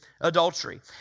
adultery